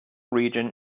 region